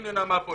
הנה נעמה פה,